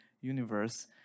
universe